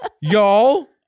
Y'all